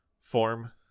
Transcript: form